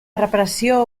repressió